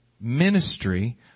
ministry